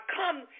come